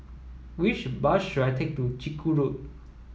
which bus should I take to Chiku Road